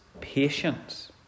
patience